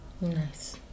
Nice